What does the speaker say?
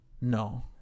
No